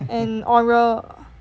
and oral